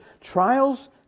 trials